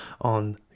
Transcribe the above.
on